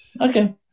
Okay